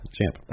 champ